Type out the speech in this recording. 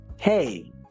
hey